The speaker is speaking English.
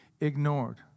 ignored